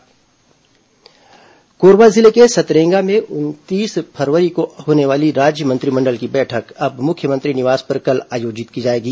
cabinet बैठक कोरबा जिले के सतरेंगा में उनतीस फरवरी को होने वाली राज्य मंत्रिमंडल की बैठक अब मुख्यमंत्री निवास पर कल आयोजित की जाएगी